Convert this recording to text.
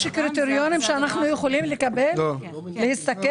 קריטריונים שאנחנו יכולים לקבל ולהסתכל?